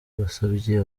basabye